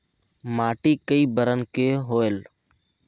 माटी कई बरन के होयल?